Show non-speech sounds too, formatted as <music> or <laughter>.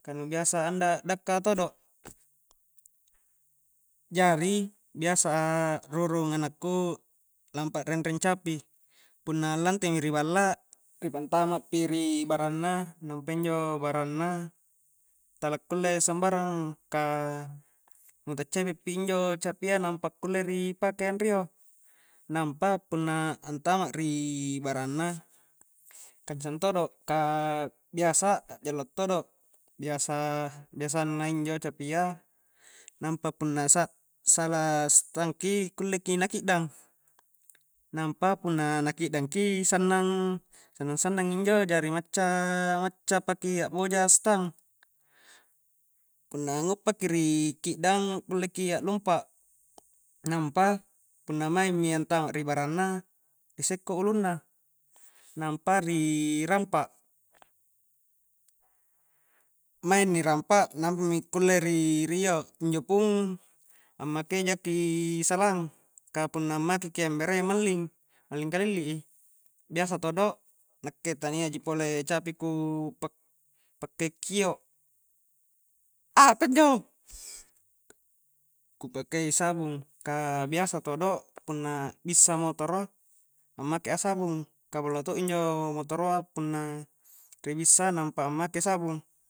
Ka nu biasa anda dakka todo' jari biasa a rurung anakku lampa a'renreng capi punna lantemi ri balla ri pantama pi ri baranna, nampa injo baranna tala kulle sambarang ka nu ta cepe' pi injo capia nampa kulle ri pake anrio, nampa punna antama ri baranna kancang todo' ka biasa a'jallo todo' biasa-biasanna injo capia nampa punna sa-salaa stang ki kulleki na ki'dang, nampa punna na ki'dang ki sannang-sannang-sannang injo jari macca-macca paki a'boja stang punna nguppaki ri ki'dang kulleki a'lumpak nampa punna maing mi antama ri baranna ri sekko ulunna nampa ri rampa' maing ni rampa' nampami kulle ri-rio injo pung ammakei jaki salang ka punna ammake ki embere malling-malling kalilli i biasa todo nakke talia ji capi ku pak-pakkio-kio <unintelligible> apanjo ku pakei sabung ka biasa todo punna bissa motoro ammake a sabung ka ballo todo injo motoroa a punna ri bissa nampa make sabung